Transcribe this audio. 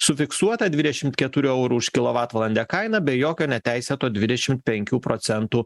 su fiksuota dvidešimt keturių eurų už kilovatvalandę kaina be jokio neteisėto dvidešim penkių procentų